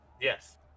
Yes